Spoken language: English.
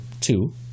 two